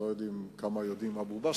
אני לא יודע כמה יודעים על אבו-בסמה,